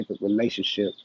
relationship